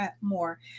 more